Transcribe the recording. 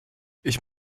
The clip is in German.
ich